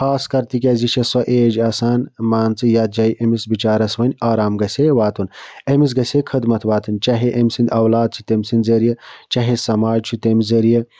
خاص کَر تِکیٛازِ یہِ چھےٚ سۄ ایج آسان مان ژٕ یَتھ جایہِ أمِس بِچارَس وۄنۍ آرام گژھِ ہے واتُن أمِس گَژھِ ہے خدمَت واتٕنۍ چاہے أمۍ سٕنٛدۍ اولاد چھِ تٔمۍ سٕنٛدۍ ذٔریعہِ چاہے سماج چھُ تَمہِ ذٔریعہِ